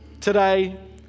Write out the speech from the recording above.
Today